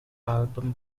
album